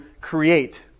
create